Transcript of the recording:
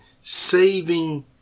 saving